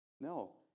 No